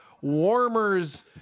Warmers